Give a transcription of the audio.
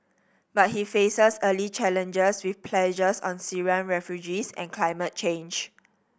but he faces early challenges with pledges on Syrian refugees and climate change